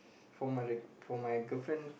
for my the for my girlfriend